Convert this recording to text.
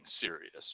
serious